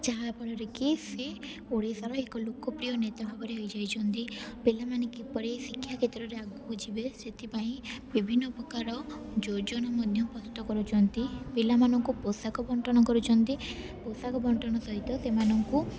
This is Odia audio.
ଯାହା ଫଳରେ କି ସେ ଓଡ଼ିଶାର ଏକ ଲୋକପ୍ରିୟ ନେତା ଭାବରେ ହେଇ ଯାଇଛନ୍ତି ପିଲାମାନେ କିପରି ଶିକ୍ଷା କ୍ଷେତ୍ରରେ ଆଗକୁ ଯିବେ ସେଥିପାଇଁ ବିଭିନ୍ନ ପ୍ରକାର ଯୋଜନା ମଧ୍ୟ ପ୍ରସ୍ତୁତ କରୁଛନ୍ତି ପିଲାମାନଙ୍କୁ ପୋଷାକ ବଣ୍ଟନ କରୁଛନ୍ତି ପୋଷାକ ବଣ୍ଟନ ସହିତ ସେମାନଙ୍କୁ